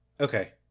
Okay